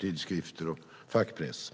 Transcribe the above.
tidskrifter och fackpress.